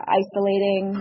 isolating